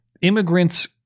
immigrants